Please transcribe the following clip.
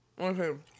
Okay